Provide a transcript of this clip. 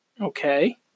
Okay